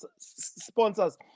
sponsors